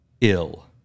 ill